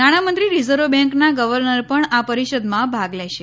નાણામંત્રી રીઝર્વ બેન્કના ગવર્નર પણ આ પરિષદમાં ભાગ લેશે